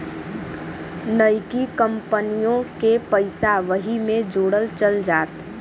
नइकी कंपनिओ के पइसा वही मे जोड़ल चल जात